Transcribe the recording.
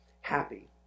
happy